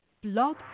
Blog